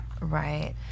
Right